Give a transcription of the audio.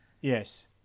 Yes